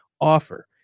offer